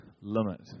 limit